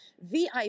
VIP